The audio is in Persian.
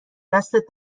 دستت